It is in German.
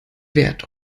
wert